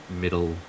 middle